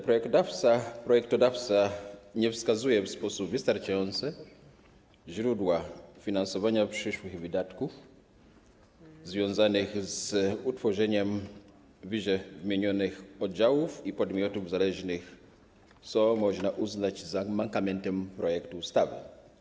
Projektodawca nie wskazuje w sposób wystarczający źródła finansowania przyszłych wydatków związanych z utworzeniem ww. oddziałów i podmiotów zależnych, co można uznać za mankament projektu ustawy.